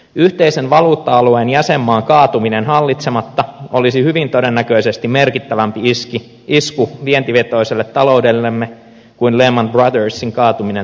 yhteisen valuutta alueen jäsenmaan kaatuminen hallitsematta olisi hyvin todennäköisesti merkittävämpi isku vientivetoiselle taloudellemme kuin lehman brothersin kaatuminen taannoin oli